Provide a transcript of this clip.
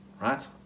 right